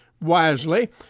wisely